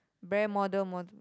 bare model model